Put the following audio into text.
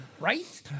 Right